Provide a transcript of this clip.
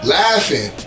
laughing